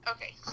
Okay